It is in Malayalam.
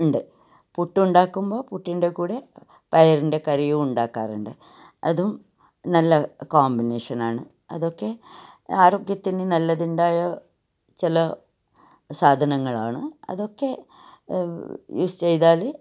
ഉണ്ട് പുട്ടുണ്ടാക്കുമ്പോൾ പുട്ടിൻ്റെ കൂടെ പയറിൻ്റെ കറിയും ഉണ്ടാക്കാറുണ്ട് അതും നല്ല കോമ്പിനേഷനാണ് അതൊക്കെ ആരോഗ്യത്തിന് നല്ലതുണ്ടായ ചില സാധനങ്ങളാണ് അതൊക്കെ യൂസ് ചെയ്താൽ